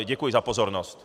Děkuji za pozornost.